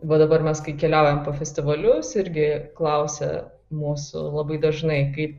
va dabar mes kai keliaujam po festivalius irgi klausia mūsų labai dažnai kaip